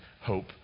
hope